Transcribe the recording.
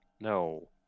no